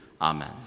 amen